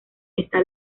está